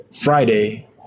Friday